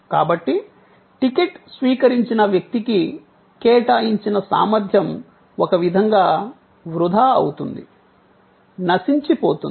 కాబట్టి టికెట్ స్వీకరించిన వ్యక్తికి కేటాయించిన సామర్థ్యం ఒక విధంగా వృధా అవుతుంది నశించిపోతుంది